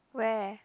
where